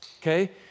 Okay